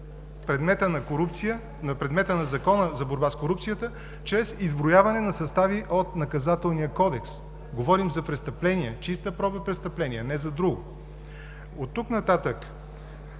предмета на Закона за борба с корупцията чрез изброяване на състави от Наказателния кодекс. Говорим за престъпления, чиста проба престъпления! Не за друго! От тук нататък